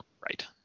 Right